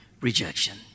rejection